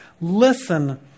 Listen